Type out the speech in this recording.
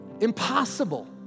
Impossible